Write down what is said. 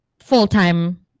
full-time